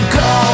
go